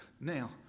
Now